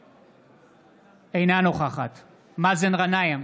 אינה נוכחת מאזן גנאים,